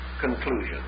conclusion